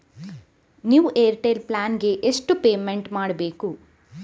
New Airtel plan ಗೆ ಎಷ್ಟು payment ಮಾಡ್ಬೇಕು?